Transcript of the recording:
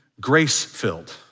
grace-filled